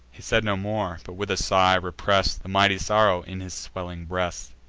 he said no more, but, with a sigh, repress'd the mighty sorrow in his swelling breast.